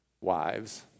wives